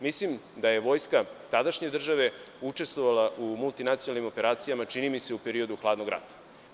Mislim da je vojska tadašnje države učestvovala u multinacionalnim operacijama, čini mi se, u periodu Hladnog rata.